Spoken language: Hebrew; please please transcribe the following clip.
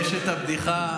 יש את הבדיחה,